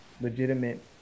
legitimate